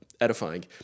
edifying